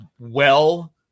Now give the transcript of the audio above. well-